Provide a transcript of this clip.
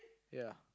ya